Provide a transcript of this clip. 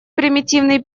примитивный